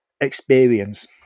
experience